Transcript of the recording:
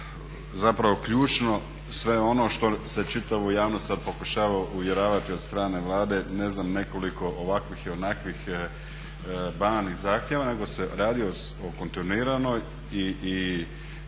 zapravo ključno sve ono što se čitavu javnost sad pokušava uvjeravati od strane Vlade, ne znam nekoliko ovakvih i onakvih banalnih zahtjeva, nego se radi o kontinuiranoj i